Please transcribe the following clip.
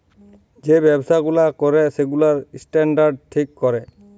যে ব্যবসা গুলা ক্যরে সেগুলার স্ট্যান্ডার্ড ঠিক ক্যরে